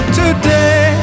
today